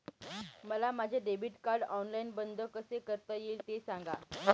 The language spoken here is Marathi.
मला माझे डेबिट कार्ड ऑनलाईन बंद कसे करता येईल, ते सांगा